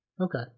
Okay